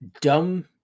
dumb